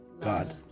God